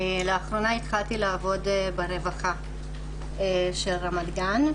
לאחרונה התחלתי לעבוד ברווחה של רמת גן,